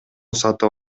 сатып